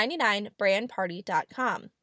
99brandparty.com